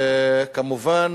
כמובן,